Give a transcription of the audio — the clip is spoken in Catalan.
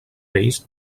vells